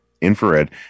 infrared